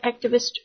activist